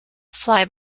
fly